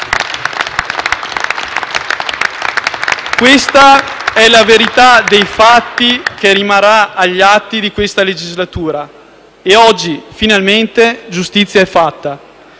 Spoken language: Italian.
Ecco la verità dei fatti che rimarrà agli atti di questa legislatura e oggi finalmente giustizia è fatta.